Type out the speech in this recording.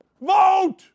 vote